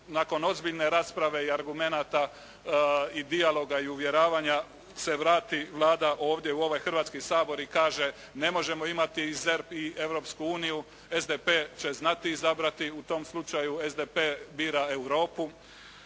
nakon ozbiljne rasprave i argumenata i dijaloga i uvjeravanja se vrati Vlada ovdje u ovaj Hrvatski sabor i kaže ne možemo imati ZERP i Europsku uniju. SDP će znati izabrati u tom slučaju, SDP bira Europu